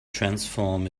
transform